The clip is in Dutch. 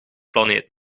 planeet